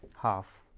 half,